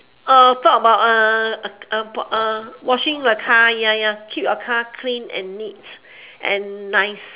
talk about washing the car ya ya keep your car clean and neat and nice